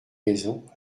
raison